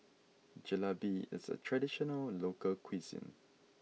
Jalebi is a traditional local cuisine